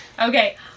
Okay